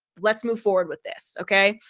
let's move forward with this. okay.